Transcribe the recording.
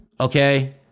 Okay